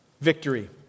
victory